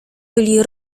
byli